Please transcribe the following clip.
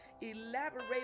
elaborate